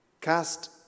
cast